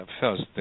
first